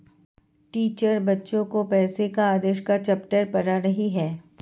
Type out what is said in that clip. teacher बच्चो को पैसे के आदेश का चैप्टर पढ़ा रही हैं